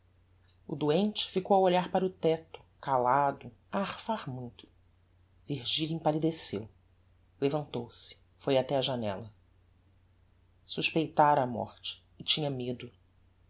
o doente ficou a olhar para o tecto calado a arfar muito virgilia empallideceu levantou-se foi até á janella suspeitara a morte e tinha medo